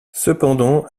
cependant